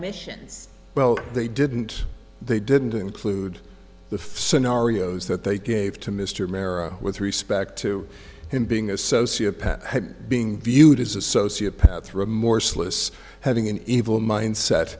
missions well they didn't they didn't include the fs scenarios that they gave to mr mehra with respect to him being a sociopath had being viewed as a sociopath remorseless having an evil mindset